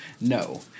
no